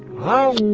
how